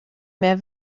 mehr